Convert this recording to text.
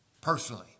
personally